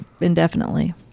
indefinitely